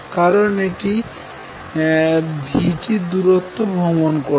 কারন এটি v t দূরত্ব ভ্রমণ করেছে